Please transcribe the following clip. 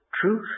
truth